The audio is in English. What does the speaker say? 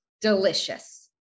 delicious